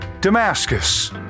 Damascus